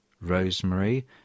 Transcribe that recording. Rosemary